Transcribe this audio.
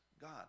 God